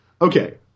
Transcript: okay